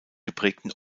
geprägten